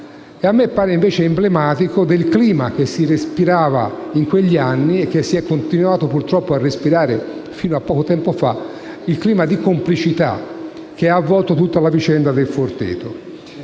A me pare invece emblematico del clima che si respirava in quegli anni e che si è continuato purtroppo a respirare fino a poco tempo fa. Mi riferisco al clima di complicità che ha avvolto tutta la vicenda del Forteto.